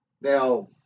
Now